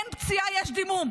אין פציעה, יש דימום.